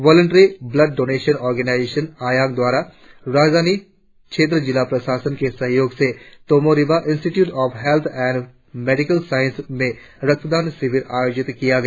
voluntary blood donation organization Ayang द्वारा राजधानी क्षेत्र जिला प्रशासन के सहयोग से Tomo Riba institute of health and medical science में रक्तदान शिविर का आयोजन किया गया